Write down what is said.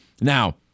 Now